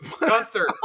Gunther